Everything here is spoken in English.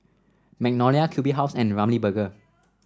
Magnolia Q B House and Ramly Burger